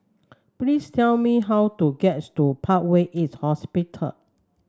please tell me how to get to Parkway East Hospital